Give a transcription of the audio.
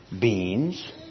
beans